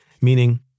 meaning